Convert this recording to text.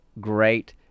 great